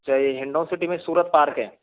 अच्छा ये हिंडोन सिटी में सूरत पार्क है